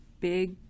big